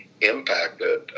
Impacted